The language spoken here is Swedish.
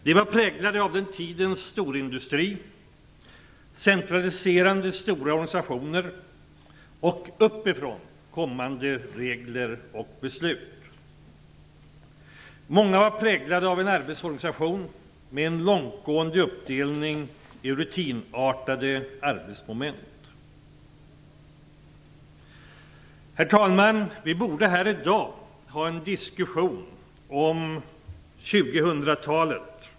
De var präglade av den tidens storindustri, centraliserade stora organisationer och uppifrån kommande regler och beslut. Många var präglade av en arbetsorganisation med en långtgående uppdelning i rutinartade arbetsmoment. Herr talman! Vi borde här i dag ha en diskussion om 2000-talet.